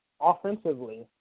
offensively